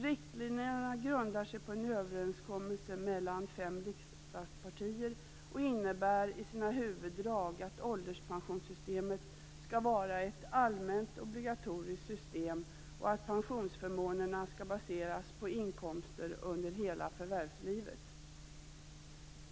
Riktlinjerna grundar sig på en överenskommelse mellan fem riksdagspartier och innebär i sina huvuddrag att ålderspensionssystemet skall vara ett allmänt obligatoriskt system och att pensionsförmånerna skall baseras på inkomster under hela förvärvslivet.